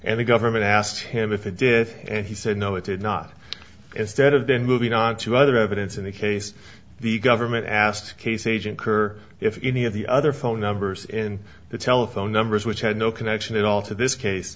and the government asked him if it did and he said no it did not instead of then moving on to other evidence in the case the government asked case agent kerr if any of the other phone numbers in the telephone numbers which had no connection at all to this case